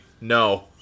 no